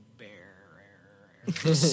bear